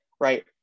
right